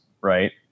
Right